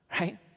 right